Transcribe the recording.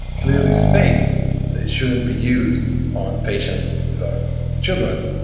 clearly states they shouldn't be used on patients that are children.